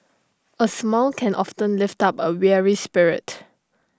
A smile can often lift up A weary spirit